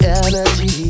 energy